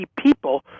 people